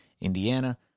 Indiana